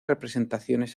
representaciones